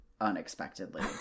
unexpectedly